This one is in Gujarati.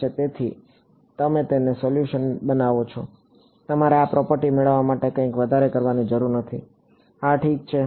તેથી તમે તેને સોલ્યુશનમાં બનાવો છો તમારે આ પ્રોપર્ટી મેળવવા માટે કંઈ વધારે કરવાની જરૂર નથી હા ઠીક છે